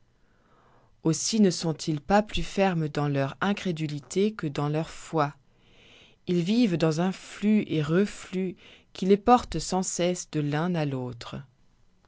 aussi ne sont-ils pas plus fermes dans leur incrédulité que dans leur foi ils vivent dans un flux et reflux qui les porte sans cesse de l'un à l'autre